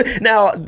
Now